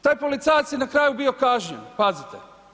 Taj policajac je na kraju bio kažnjen, pazite.